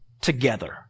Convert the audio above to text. together